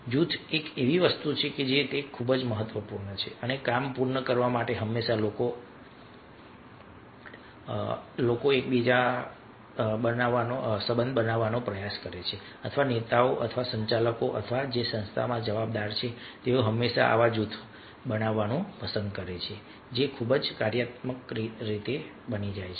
જૂથ એક એવી વસ્તુ છે કે તે ખૂબ જ મહત્વપૂર્ણ છે અને કામ પૂર્ણ કરવા માટે હંમેશા લોકો બનાવવાનો પ્રયાસ કરે છે અથવા નેતાઓ અથવા સંચાલકો અથવા જે સંસ્થામાં જવાબદાર છે તે હંમેશા આવા જૂથ બનાવવાનું પસંદ કરે છે જે ખૂબ જ કાર્યાત્મક બની જાય છે